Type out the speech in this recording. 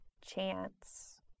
chance